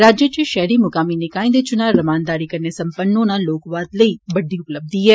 राज्य च शैहरी मुकामी निकाएं दे चुना रमानदारी कन्नै सम्पन्न होना लोकवाद लेई बड्डी उपलब्धी ऐ